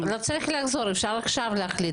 לא צריך לחזור; אפשר להחליט עכשיו.